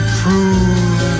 prove